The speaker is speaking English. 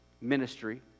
ministry